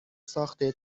ساخته